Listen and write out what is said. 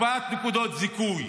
הקפאת נקודות זיכוי